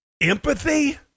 Empathy